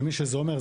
למי שזה אומר,